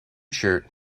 shirt